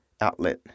outlet